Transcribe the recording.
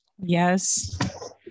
Yes